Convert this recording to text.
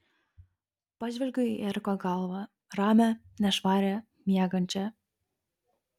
pažvelgiu į eriko galvą ramią nešvarią miegančią